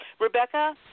Rebecca